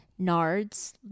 Nards